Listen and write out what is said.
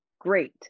great